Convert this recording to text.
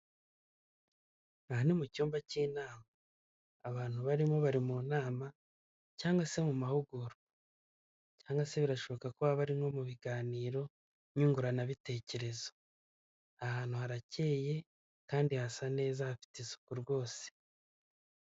Aha ni mu cyumba cy'inama abantu barimo bari mu nama cyangwa se mu mahugurwa cyangwa se birashoboka ko haba no mu biganiro nyungurana bitekerezo, ahantu haracyeye kandi hasa neza hafite isuku rwose.